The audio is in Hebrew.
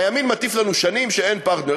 הימין מטיף לנו שנים שאין פרטנר.